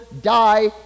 die